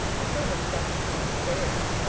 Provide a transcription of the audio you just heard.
the children stopped eating and stared.